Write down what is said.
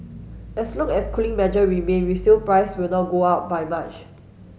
as long as cooling measure remain resale price will not go up by much